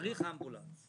צריך אמבולנס.